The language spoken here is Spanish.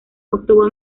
obtuvo